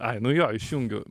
ai nu jo išjungiu